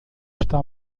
está